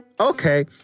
Okay